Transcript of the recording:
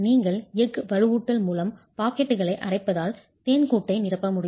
நீங்கள் எஃகு வலுவூட்டல் மூலம் பாக்கெட்டுகளை அரைப்பதால் தேன்கூட்டை நிரப்ப முடியும்